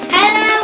Hello